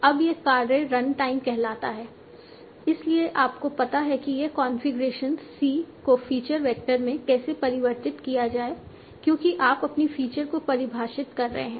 अब यह कार्य रन टाइम कहलाता है इसलिए आपको पता है कि यह कॉन्फ़िगरेशन c को फीचर वेक्टर में कैसे परिवर्तित किया जाए क्योंकि आप अपनी फीचर को परिभाषित कर रहे हैं